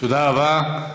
תודה רבה.